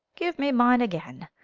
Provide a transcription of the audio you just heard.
give me mine again.